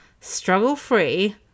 struggle-free